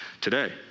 today